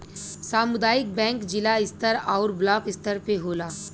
सामुदायिक बैंक जिला स्तर आउर ब्लाक स्तर पे होला